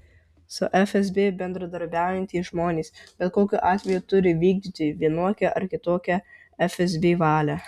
su fsb bendradarbiaujantys žmonės bet kokiu atveju turi vykdyti vienokią ar kitokią fsb valią